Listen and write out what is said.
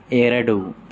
ಎರಡು